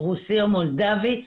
רוסי או מולדבי,